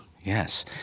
Yes